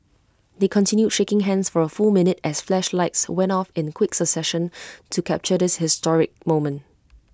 they continued shaking hands for A full minute as flashlights went off in quick succession to capture this historic moment